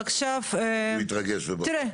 עכשיו תראה,